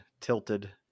tilted